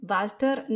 Walter